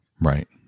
Right